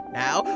now